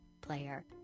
player